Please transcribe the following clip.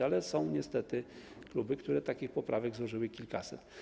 Ale są niestety kluby, które takich poprawek złożyły kilkaset.